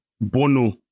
Bono